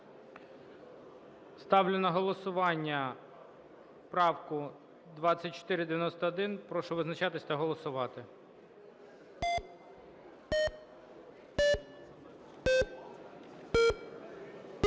Ставлю на голосування 2495. Прошу визначатись та голосувати.